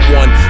one